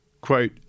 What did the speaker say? quote